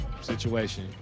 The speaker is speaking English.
situation